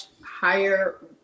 higher